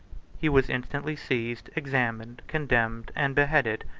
he was instantly seized, examined, condemned, and beheaded,